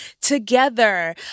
together